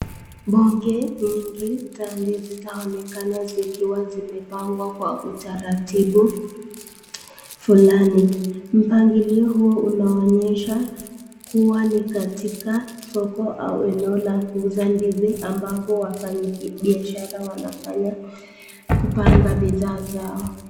Bonge nyingi za ndizi zaonekana zikiwa zimepangwa kwa utaratibu fulani, mpangilio huo unaonyesha kuwa ni katika soko au eneo la kuuza ndizi ambapo wafanyi biashara wanafanya kupanga bidhaa zao.